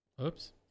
oops